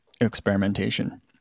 experimentation